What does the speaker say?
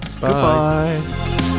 Goodbye